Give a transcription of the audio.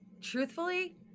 truthfully